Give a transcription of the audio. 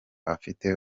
afite